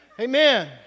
Amen